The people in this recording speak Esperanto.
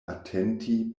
atenti